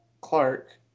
Clark